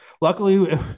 luckily